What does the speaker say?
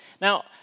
Now